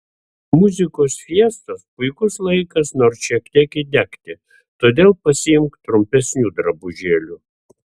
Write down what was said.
muzikos fiestos puikus laikas nors šiek tiek įdegti todėl pasiimk trumpesnių drabužėlių